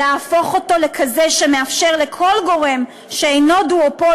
להפוך אותו לכזה שמאפשר לכל גורם שאינו דואופול